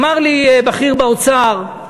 אמר לי בכיר באוצר: